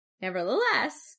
Nevertheless